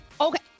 Okay